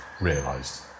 realised